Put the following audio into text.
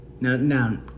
Now